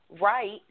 right